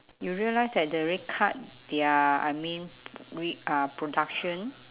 you realise that they already cut their I mean re~ ah production